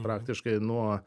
praktiškai nuo